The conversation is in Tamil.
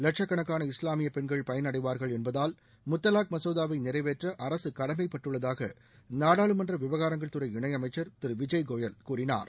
லட்சக்கணக்கான இஸ்லாமிய பெண்கள் பயனடைவார்கள் என்பதால் முத்தவாக் மசோதாவை நிறைவேற்ற அரசு கடமைப்பட்டுள்ளதாக நாடாளுமன்ற விவகாரங்கள் துறை இணையமைச்சர் திரு விஜய் கோயல் கூறினார்